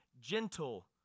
gentle